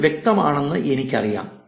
ഇത് വ്യക്തമാണെന്ന് എനിക്കറിയാം